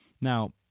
Now